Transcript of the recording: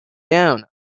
down